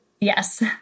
yes